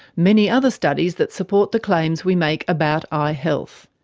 many other studies that support the claims we make about eye health.